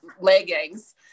leggings